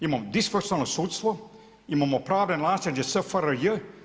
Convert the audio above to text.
Imamo disfunkcionalno sudstvo, imamo pravno naslijeđe SFRJ.